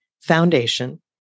foundation